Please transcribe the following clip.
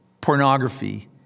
pornography